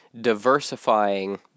diversifying